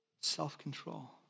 self-control